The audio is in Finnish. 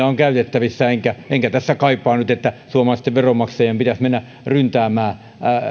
on käytettävissä enkä enkä tässä kaipaa nyt sitä että suomalaisten veronmaksajien pitäisi mennä ryntäämään